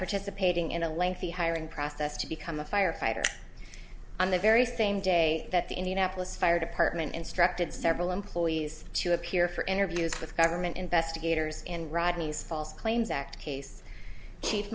participating in a lengthy hiring process to become a firefighter on the very same day that the indianapolis fire department instructed several employees to appear for interviews with government investigators in rodney's false claims act case